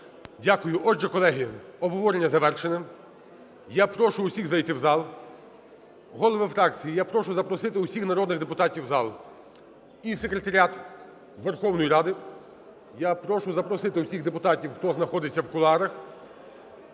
Дякую. Отже, колеги, обговорення завершене. Я прошу усіх зайти в зал. Голови фракцій, я прошу запросити усіх народних депутатів в зал. І Секретаріат Верховної Ради я прошу запросити усіх депутатів, хто знаходиться в кулуарах.